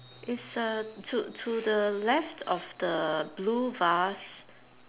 is ah to to the left of the blue vase